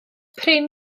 prin